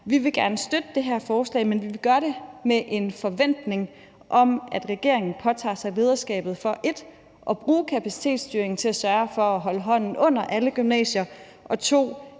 at vi gerne vil støtte det her forslag, men vi vil gøre det med en forventning om, at regeringen påtager sig lederskabet for 1) at bruge kapacitetsstyringen til at sørge for at holde hånden under alle gymnasier, og 2)